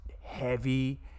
heavy